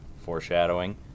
foreshadowing